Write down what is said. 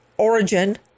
Origin